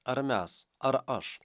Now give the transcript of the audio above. ar mes ar aš